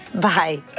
Bye